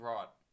Right